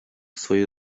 swojej